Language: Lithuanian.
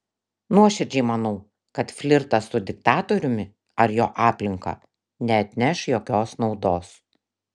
nuoširdžiai manau kad flirtas su diktatoriumi ar jo aplinka neatneš jokios naudos